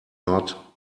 not